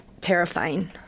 terrifying